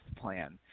plan